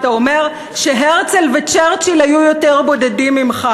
אתה אומר שהרצל וצ'רצ'יל היו יותר בודדים ממך,